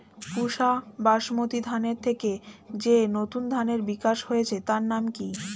পুসা বাসমতি ধানের থেকে যে নতুন ধানের বিকাশ হয়েছে তার নাম কি?